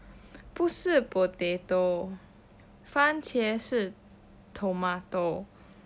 不是 potato 番茄是 tomato